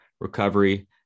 recovery